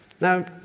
Now